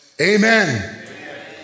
Amen